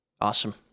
Awesome